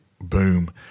boom